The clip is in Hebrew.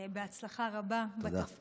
אני מאחלת לך הצלחה רבה בתפקיד.